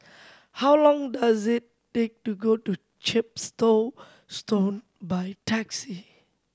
how long does it take to go to Chepstow Stone by taxi